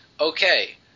Okay